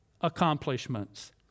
accomplishments